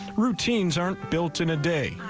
routines aren't built in a day.